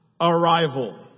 arrival